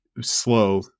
slow